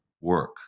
work